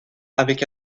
avec